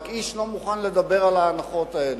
רק שאיש לא מוכן לדבר על ההנחות האלה.